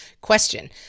Question